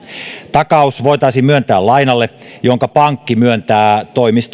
takaus voitaisiin myöntää lainalle jonka pankki myöntää